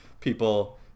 people